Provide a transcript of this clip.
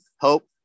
hope